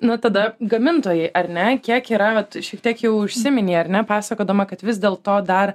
nuo tada gamintojai ar ne kiek yra vat šiek tiek jau užsiminei ar ne pasakodama kad vis dėl to dar